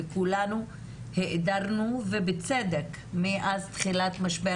וכולנו האדרנו ובצדק מאז תחילת משבר